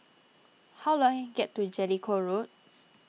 how do I get to Jellicoe Road